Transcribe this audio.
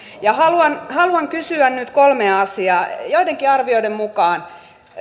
haluan haluan kysyä nyt kolmea asiaa joidenkin arvioiden mukaan